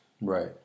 Right